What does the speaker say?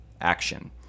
action